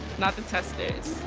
not the testers.